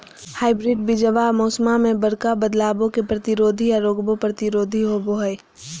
hybrid बीजावा मौसम्मा मे बडका बदलाबो के प्रतिरोधी आ रोगबो प्रतिरोधी होबो हई